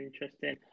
interesting